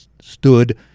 stood